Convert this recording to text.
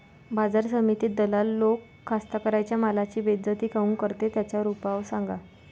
बाजार समितीत दलाल लोक कास्ताकाराच्या मालाची बेइज्जती काऊन करते? त्याच्यावर उपाव सांगा